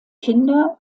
kinder